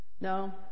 No